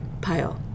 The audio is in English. pile